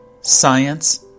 science